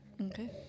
Okay